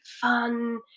fun